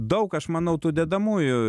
daug aš manau tų dedamųjų